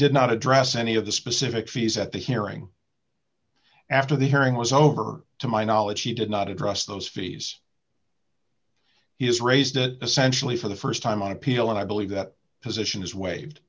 did not address any of the specific fees at the hearing after the hearing was over to my knowledge he did not address those fees he has raised that essentially for the st time on appeal and i believe that position is waived